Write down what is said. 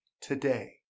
today